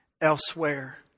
elsewhere